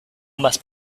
must